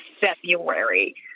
February